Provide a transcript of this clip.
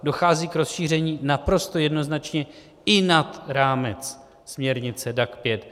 Dochází k rozšíření naprosto jednoznačně i nad rámec směrnice DAC 5.